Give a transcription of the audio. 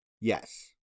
Yes